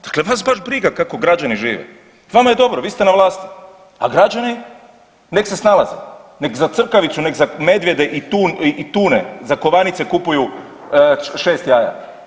Dakle, vas baš briga kako građani žive, vama je dobro, vi ste na vlasti a građani nek' se snalaze, nek' za crkavicu, nek' za medvjede i tune za kovanice kupuju 6 jaja.